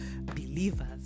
believers